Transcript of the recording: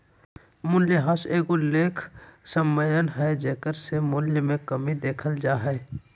मूल्यह्रास एगो लेखा सम्मेलन हइ जेकरा से मूल्य मे कमी देखल जा हइ